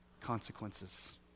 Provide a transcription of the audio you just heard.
consequences